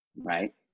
Right